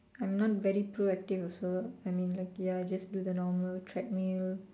I'm not very proactive also I mean like ya I would just do the normal treadmill